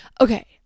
Okay